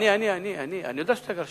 אני לא מטייל, אני גר שם.